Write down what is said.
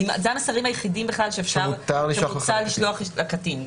זה המסרים היחידים בכלל שמותר לשלוח לקטין.